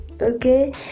okay